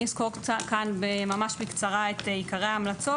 אני אסקור כאן ממש בקצרה את עיקרי ההמלצות